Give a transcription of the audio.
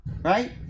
right